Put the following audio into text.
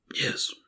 Yes